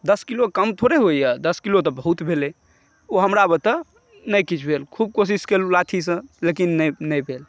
दस किलो कम थोड़े होइ यऽ दस किलो तऽ बहुत भेलै ओ हमरा बूते नहि किछु भेल खूब कोशिश कएलहुॅं लाठीसँ लेकिन नहि नहि भेल